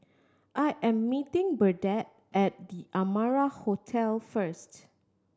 I am meeting Burdette at The Amara Hotel first